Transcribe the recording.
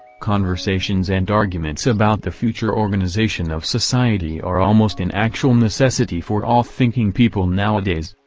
conversations and arguments about the future organization of society are almost an actual necessity for all thinking people nowadays.